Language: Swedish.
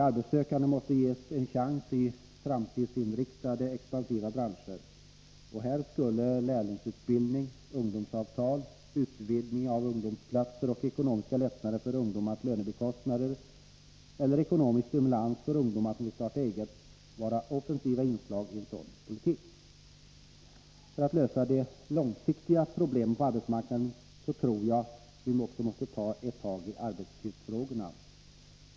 De arbetssökande måste ges chans i framtidsinriktade expansiva branscher. Här skulle lärlingsutbildning, ungdomsavtal, utvidgning av ungdomsplatser och ekonomiska lättnader för ungdomars lönebikostnader samt ekonomisk stimulans för ungdomar som vill starta eget vara offensiva inslag i en sådan politik. För att lösa de långsiktiga problemen på arbetsmarknaden tror jag också att vi måste ta tag i arbetstidsfrågorna.